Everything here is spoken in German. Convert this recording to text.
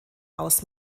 aus